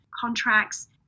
contracts